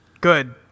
good